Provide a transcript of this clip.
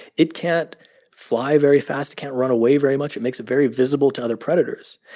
it can't fly very fast. it can't run away very much. it makes it very visible to other predators.